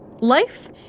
Life